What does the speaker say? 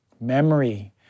memory